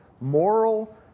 Moral